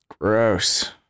Gross